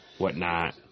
whatnot